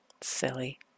silly